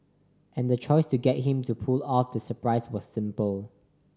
and the choice to get him to pull off the surprise was simple